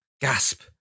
Gasp